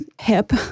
hip